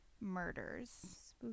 murders